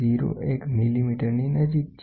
01 મિલીમીટરની નજીક છે